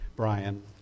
Brian